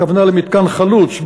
הכוונה למחקר חלוץ,